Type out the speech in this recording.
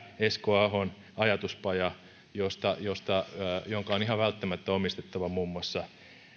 esko ahon pyhä ajatuspaja jonka on ihan välttämättä omistettava muun muassa